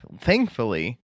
thankfully